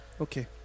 Okay